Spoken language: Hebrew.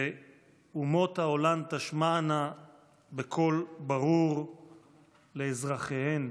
ואומות העולם תשמענה בקול ברור לאזרחיהן: